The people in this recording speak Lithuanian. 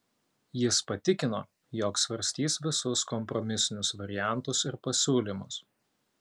jis patikino jog svarstys visus kompromisinius variantus ir pasiūlymus